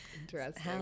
Interesting